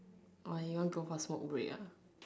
why you want go for smoke break ah